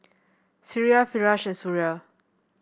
Syirah Firash and Suria